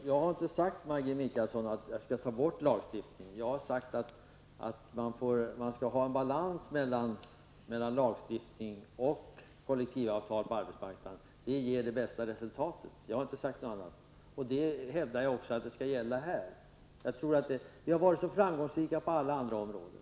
Herr talman! Maggi Mikaelsson, jag har inte sagt att vi skall ta bort lagstiftningen. Jag har sagt att man skall ha en balans mellan lagstiftning och kollektivavtal på arbetsmarknaden. Det ger det bästa resultatet. Jag har inte sagt något annat. Jag hävdar att detta också skall gälla här. Vi har varit så framgångsrika på alla andra områden.